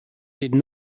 did